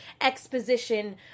exposition